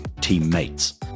teammates